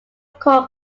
core